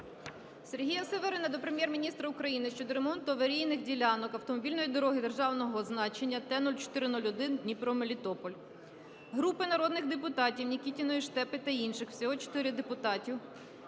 Сергія Северина до Прем'єр-міністра України щодо ремонту аварійних ділянок автомобільної дороги державного значення Т-04-01 Дніпро–Мелітополь. Групи народних депутатів (Нікітіної, Штепи та інших. Всього 4 депутатів)